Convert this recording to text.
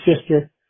sister